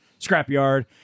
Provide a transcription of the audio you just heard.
Scrapyard